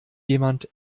jemand